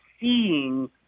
seeing